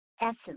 essence